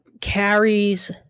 Carrie's